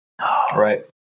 Right